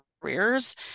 careers